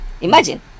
Imagine